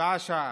שעה-שעה.